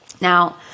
Now